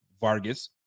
Vargas